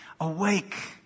awake